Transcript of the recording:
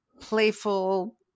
playful